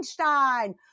einstein